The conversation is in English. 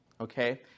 okay